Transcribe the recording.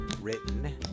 written